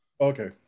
Okay